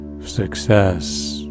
success